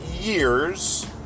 years